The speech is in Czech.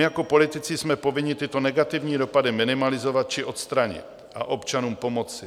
Jako politici jsme povinni tyto negativní dopady minimalizovat či odstranit a občanům pomoci.